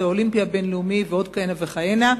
בוועד האולימפי הבין-לאומי ועוד כהנה וכהנה.